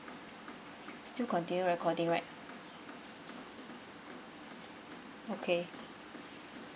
still continue recording right okay